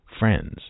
friends